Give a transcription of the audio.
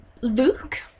Luke